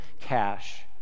cash